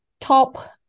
top